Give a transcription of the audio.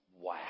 Wow